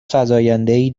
فزایندهای